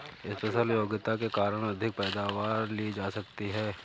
special योग्यता के कारण अधिक पैदावार ली जा सकती है